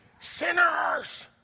sinners